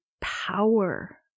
power